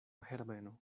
herbeno